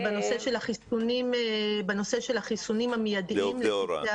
אבל בנושא של החיסונים המיידיים לצוותי